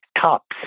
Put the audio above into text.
tops